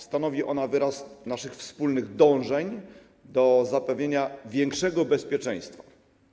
Stanowi ona wyraz naszych wspólnych dążeń do zapewnienia większego bezpieczeństwa.